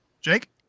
Jake